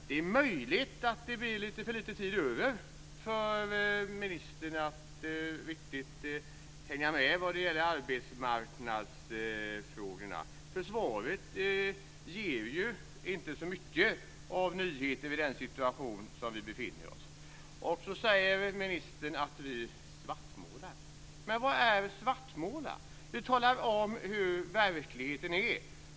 Det är möjligt att det blir lite för lite tid över för ministern att hänga med när det gäller arbetsmarknadsfrågorna. Svaret innehåller inte så många nyheter med tanke på den situation som vi befinner oss i. Sedan säger ministern att vi svartmålar. Men vad innebär svartmålning? Vi talar om hur verkligheten ser ut.